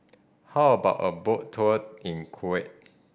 how about a boat tour in Kuwait